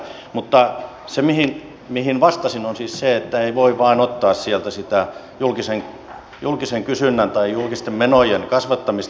mutta se mihin vastasin on siis se että ei voi vain ottaa sieltä sitä julkisen kysynnän tai julkisten menojen kasvattamista